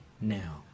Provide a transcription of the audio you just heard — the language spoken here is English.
now